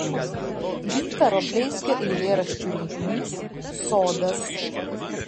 gintaro bleizgio eilėraščių rinkinys sodas